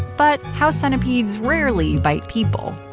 but house centipedes rarely bite people.